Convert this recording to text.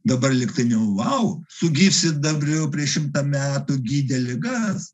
dabar lygtai ne vau su gyvsidabriu prieš šimtą metų gydė ligas